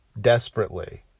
desperately